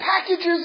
packages